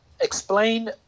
Explain